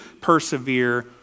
persevere